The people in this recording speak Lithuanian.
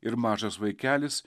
ir mažas vaikelis